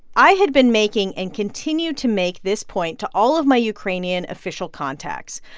i had been making and continue to make this point to all of my ukrainian official contacts.